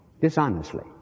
dishonestly